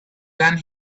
then